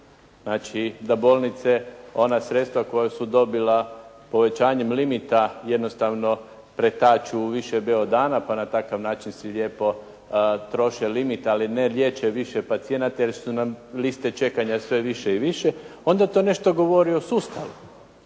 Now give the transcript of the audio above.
znači da bolnice ona sredstva koja su dobila povećanjem limita jednostavno pretaču u više beodana, pa na takav način si lijepo troše limit, ali ne liječe više pacijenata jer su nam liste čekanja sve više i više, onda to nešto govori o sustavu.